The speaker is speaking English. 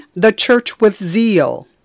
thechurchwithzeal